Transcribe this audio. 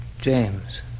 James